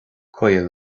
caol